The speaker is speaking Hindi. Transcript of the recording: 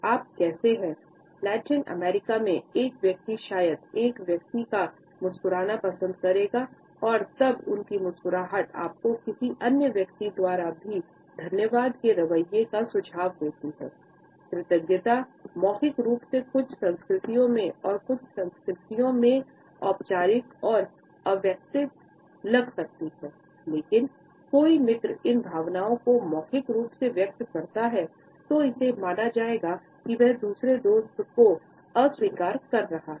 आप कैसे हैं लैटिन अमेरिका में एक व्यक्ति शायद एक व्यक्ति का मुस्कुराना पसंद करेगा और कृतज्ञता मौखिक रूप से कुछ संस्कृतियों में और कुछ संस्कृतियाँ में औपचारिक और अवैयक्तिक लग सकती है यदि कोई मित्र इन भावनाओं को मौखिक रूप से व्यक्त करता है तो इसे माना जाएगा की वह दूसरे दोस्त क अस्वीकार कर रहा है